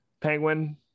penguin